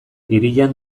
hirian